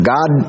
God